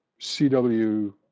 CW